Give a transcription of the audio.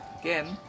Again